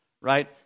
right